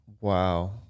Wow